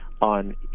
on